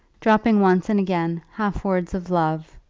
dropping once and again half words of love,